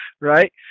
right